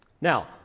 Now